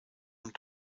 und